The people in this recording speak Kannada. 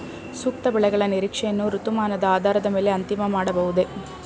ಸೂಕ್ತ ಬೆಳೆಗಳ ನಿರೀಕ್ಷೆಯನ್ನು ಋತುಮಾನದ ಆಧಾರದ ಮೇಲೆ ಅಂತಿಮ ಮಾಡಬಹುದೇ?